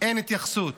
אין התייחסות,